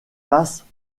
passent